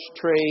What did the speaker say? trade